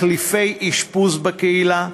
ותחליפי אשפוז בקהילה,